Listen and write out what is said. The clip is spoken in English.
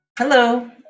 Hello